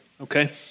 Okay